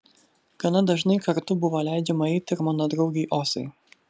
gana dažnai kartu buvo leidžiama eiti ir mano draugei osai